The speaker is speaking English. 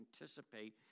anticipate